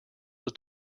was